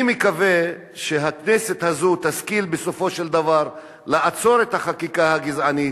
אני מקווה שהכנסת הזאת תשכיל בסופו של דבר לעצור את החקיקה הגזענית,